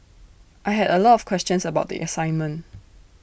I had A lot of questions about the assignment